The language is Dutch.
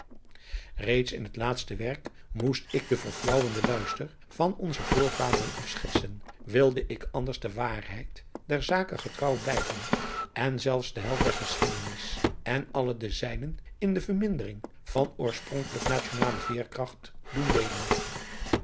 reeds in het laatste werk moest ik den verflaauwenden luister van onze voorvaderen afschetzen wilde ik anders de waarheid der zake getrouw blijven en zelfs den held der geschiedenis en alle de zijnen in de vermindering van oorspronkelijk nationale veerkracht doen deelen